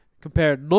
compare